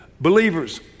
believers